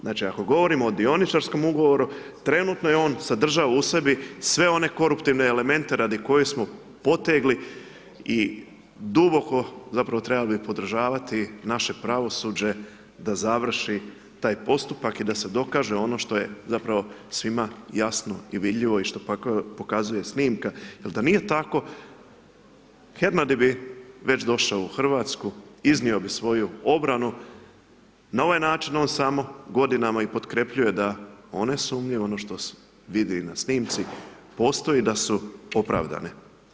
Znači, ako govorimo o dioničarskom ugovoru, trenutno je on sadržao u sebi sve one koruptivne elemente radi kojih smo potegli i duboko, zapravo trebali bi podržavati naše pravosuđe da završi taj postupak i da se dokaže ono što je, zapravo, svima jasno i vidljivo i što pokazuje snimka, jel da nije tako, Hernadi bi već došao u RH, iznio bi svoju obranu, na ovaj način on samo godinama i potkrepljuje da one sumnje u ono što se vidi na snimci, postoji da su opravdane.